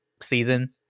season